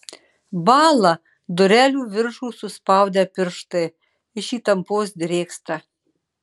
bąla durelių viršų suspaudę pirštai iš įtampos drėgsta